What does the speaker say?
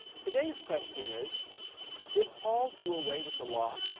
today's question is did paul do away with the law?